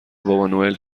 بابانوئل